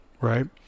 right